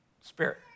spirit